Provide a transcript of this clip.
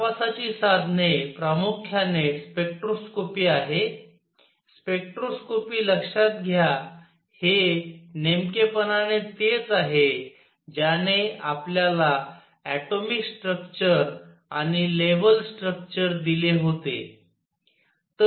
तपासाची साधने प्रामुख्याने स्पेक्ट्रोस्कोपी आहेत स्पेक्ट्रोस्कोपी लक्षात घ्या हे नेमकेपणाने तेच आहे ज्याने आपल्याला ऍटोमिक स्ट्रक्चर आणि लेवल स्ट्रक्चर दिले होते